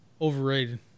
overrated